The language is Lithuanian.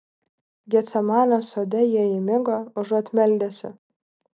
getsemanės sode jie įmigo užuot meldęsi